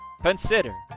consider